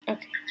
Okay